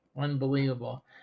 Unbelievable